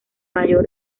mayor